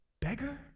beggar